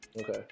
okay